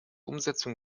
umsetzung